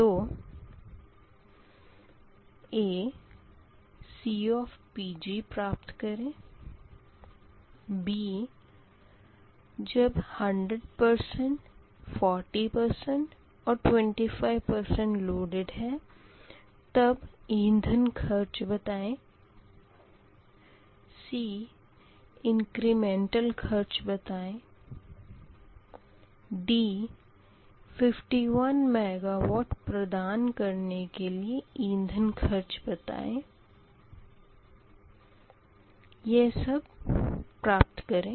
तो a C प्राप्त करें b जब 100 प्रतिशत 40 प्रतिशत और 25 प्रतिशत लोडेड है तब ईंधन खर्च बताए c इंक्रिमेंटल ख़र्च बताए d 51 मेगावाट प्रदान करने के लिए ईंधन खर्च बताए यह सब प्राप्त करें